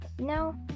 No